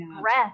breath